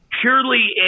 purely